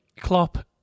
Klopp